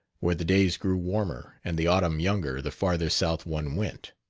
where the days grew warmer and the autumn younger the farther south one went.